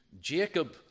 Jacob